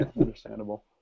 understandable